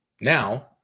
now